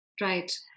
Right